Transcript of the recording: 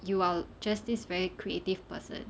you are just this very creative person